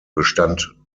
bestand